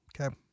Okay